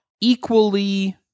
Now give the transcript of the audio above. equally